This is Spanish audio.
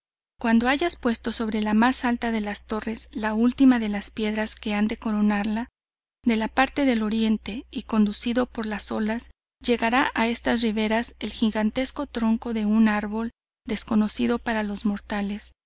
cuando hayas puesto sobre la mas alta de las torres la ultima de las piedras que han de coronarla de la parte de oriente y conducido por las olas llegara a estas riberas el gigantesco tronco de una árbol desconocido para los mortales